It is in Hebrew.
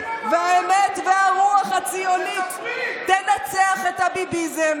והאמת והרוח הציונית ינצחו את הביביזם.